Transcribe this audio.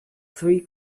three